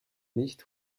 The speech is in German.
nicht